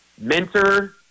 Mentor